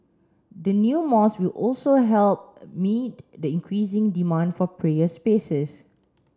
the new mosque will also help meet the increasing demand for prayer spaces